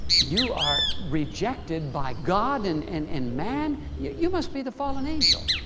you are rejected by god and and and man yeah you must be the fallen angel.